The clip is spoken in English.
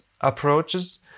approaches